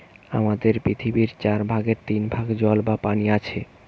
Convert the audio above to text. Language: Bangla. আমাদের পৃথিবীর চার ভাগের তিন ভাগ জল বা পানি আছে